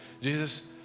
Jesus